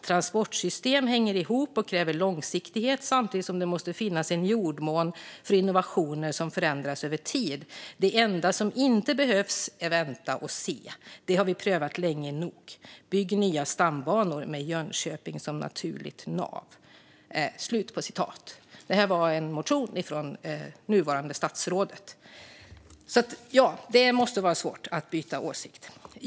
Transportsystem hänger ihop och kräver långsiktighet samtidigt som det måste finnas en jordmån för innovationer som förändras över tid. Det enda som inte behövs är 'vänta och se'. Det har vi prövat länge nog. Bygg nya stambanor med Jönköping som naturligt nav." Det här var alltså en motion av det nuvarande statsrådet. Det måste vara svårt att byta åsikt.